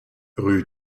rue